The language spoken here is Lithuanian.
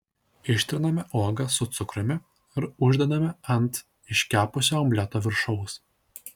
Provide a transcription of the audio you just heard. ištriname uogas su cukrumi ir uždedame ant iškepusio omleto viršaus